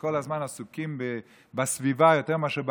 שכל הזמן עסוקים בסביבה יותר מאשר באדם,